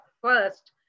first